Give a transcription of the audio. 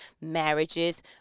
marriages